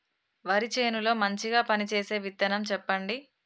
వరి చేను లో మంచిగా పనిచేసే విత్తనం చెప్పండి?